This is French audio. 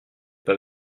pas